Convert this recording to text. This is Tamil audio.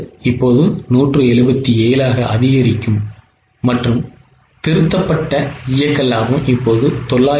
இப்போது 177 ஆக அதிகரிக்கும் மற்றும் திருத்தப்பட்ட இயக்க லாபம் இப்போது 994